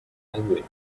language